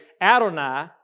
Adonai